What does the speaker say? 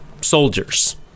soldiers